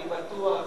אני בטוח",